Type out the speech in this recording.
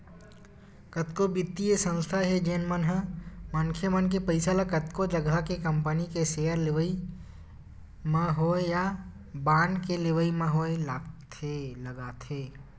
कतको बित्तीय संस्था हे जेन मन ह मनखे मन के पइसा ल कतको जघा के कंपनी के सेयर लेवई म होय या बांड के लेवई म होय लगाथे